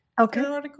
Okay